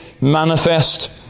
manifest